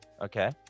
Okay